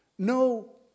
No